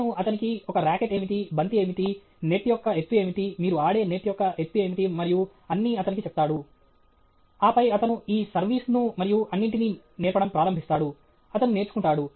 అతను అతనికి ఒక రాకెట్ ఏమిటి బంతి ఏమిటి నెట్ యొక్క ఎత్తు ఏమిటి మీరు ఆడే నెట్ యొక్క ఎత్తు ఏమిటి మరియు అన్నీ అతనికి చెప్తాడు ఆపై అతను ఈ సర్వీస్ ను మరియు అన్నింటినీ నేర్పడం ప్రారంభిస్తాడు అతను నేర్చుకుంటాడు